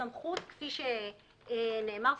כפי שנאמר,